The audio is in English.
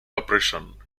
operation